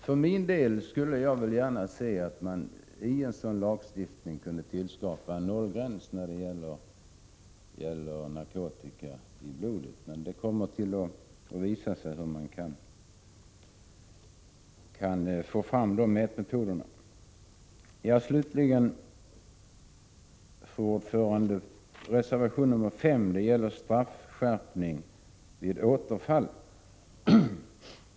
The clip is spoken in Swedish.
För min del skulle jag gärna se att man i en 3 RR LK Rå E Ändring i sådan lagstiftning införde en nollgräns för narkotika i blodet. Huruvida man TA re kk ; a a z stri 5 kan få fram de mätmetoder som behövs härför återstår dock att se. b oo ör vissa trafi rott, m.m. Fru talman! I reservation 5 behandlas slutligen frågan om straffskärpning vid återfall.